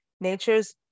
nature's